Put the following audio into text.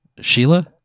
Sheila